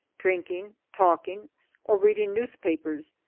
drinking, talking or reading newspapers,